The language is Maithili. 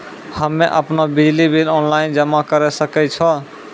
हम्मे आपनौ बिजली बिल ऑनलाइन जमा करै सकै छौ?